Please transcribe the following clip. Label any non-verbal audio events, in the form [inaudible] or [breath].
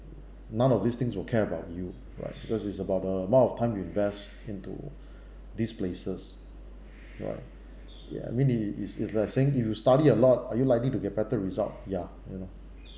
non of these things will care about you right because it's about the amount of time you invest into [breath] these places right [breath] ya I mean i~ is is like saying if you study a lot are you likely to get better result ya you know